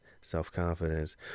self-confidence